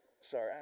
Sorry